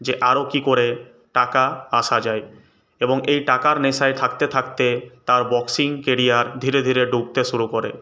যে আরও কী করে টাকা আসা যায় এবং এই টাকার নেশায় থাকতে থাকতে তার বক্সিং কেরিয়ার ধীরে ধীরে ডুবতে শুরু করে